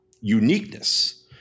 uniqueness